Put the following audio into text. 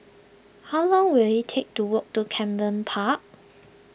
how long will it take to walk to Camden Park